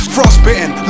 Frostbitten